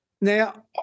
now